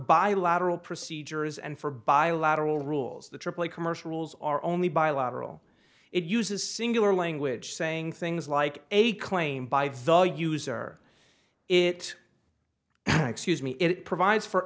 bilateral procedures and for bilateral rules the tripoli commercial rules are only bilateral it uses singular language saying things like a claim by the user it excuse me it provides for